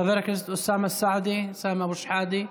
חבר הכנסת אוסאמה סעדי, סמי אבו שחאדה,